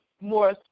more